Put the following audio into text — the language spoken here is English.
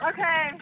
Okay